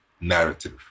narrative